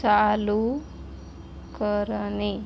चालू करणे